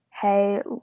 hey